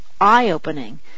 eye-opening